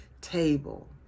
table